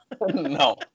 No